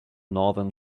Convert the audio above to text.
northern